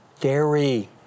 dairy